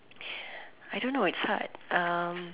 I don't know it's hard um